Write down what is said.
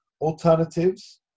alternatives